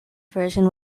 version